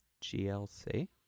G-L-C